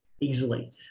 easily